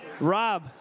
Rob